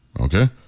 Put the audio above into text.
Okay